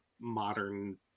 modern